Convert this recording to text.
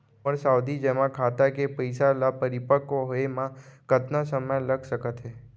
मोर सावधि जेमा खाता के पइसा ल परिपक्व होये म कतना समय लग सकत हे?